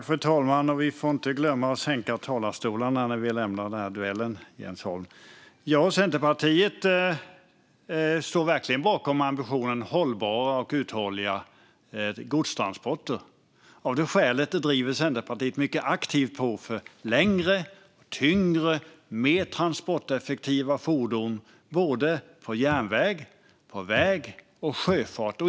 Fru talman! Ja, Centerpartiet står verkligen bakom ambitionen om hållbara och uthålliga godstransporter. Av det skälet driver Centerpartiet mycket aktivt på för längre, tyngre och mer transporteffektiva fordon. Det gäller järnväg, väg och sjöfart.